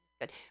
good